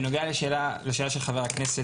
בנוגע לשאלה של חבר הכנסת,